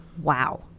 Wow